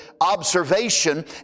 observation